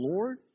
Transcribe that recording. Lord